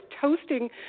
toasting